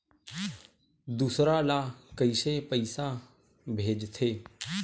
दूसरा ला कइसे पईसा भेजथे?